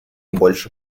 больше